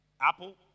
apple